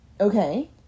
Okay